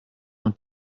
und